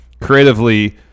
creatively